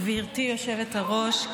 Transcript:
גברתי היושבת-ראש,